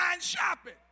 shopping